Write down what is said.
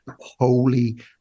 Holy